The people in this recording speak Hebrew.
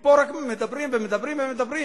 פה רק מדברים ומדברים.